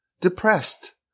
depressed